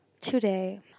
today